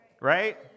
right